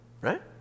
right